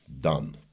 done